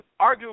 arguably